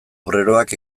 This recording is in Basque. obreroak